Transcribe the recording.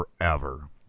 forever